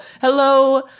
Hello